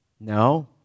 No